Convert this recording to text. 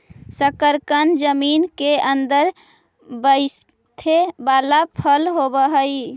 शकरकन जमीन केअंदर बईथे बला फल होब हई